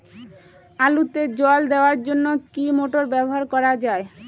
আলুতে জল দেওয়ার জন্য কি মোটর ব্যবহার করা যায়?